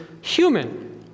human